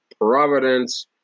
Providence